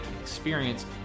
experience